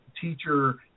teacher